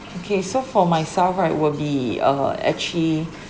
okay so for myself right will be uh actually